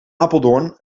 apeldoorn